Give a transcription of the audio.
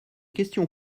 questions